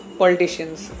politicians